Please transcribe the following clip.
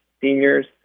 Seniors